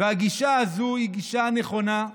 הגישה הזו היא הגישה הנכונה,